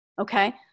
Okay